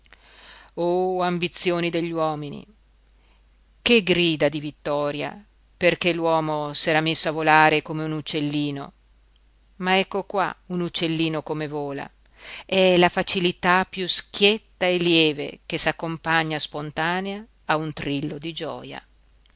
oh ambizioni degli uomini che grida di vittoria perché l'uomo s'era messo a volare come un uccellino ma ecco qua un uccellino come vola è la facilità piú schietta e lieve che s'accompagna spontanea a un trillo di gioja